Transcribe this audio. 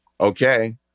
okay